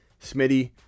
Smitty